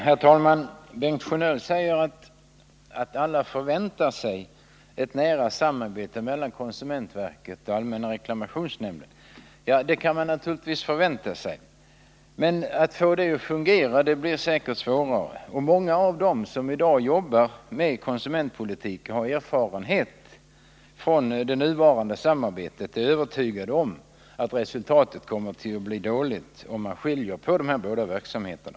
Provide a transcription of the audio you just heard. Herr talman! Bengt Sjönell sade att alla förväntar sig ett nära samarbete mellan konsumentverket och allmänna reklamationsnämnden. Det kan man naturligtvis förvänta sig, men att få samarbetet att fungera blir säkert svårare. Och många av dem som i dag arbetar med konsumentpolitik och har erfarenhet av det nuvarande samarbetet är övertygade om att resultatet kommer att bli dåligt, om man skiljer på dessa båda verksamheter.